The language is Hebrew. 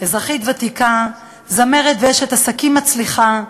אזרחית ותיקה, זמרת ואשת עסקים מצליחה,